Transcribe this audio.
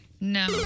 No